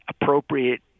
appropriate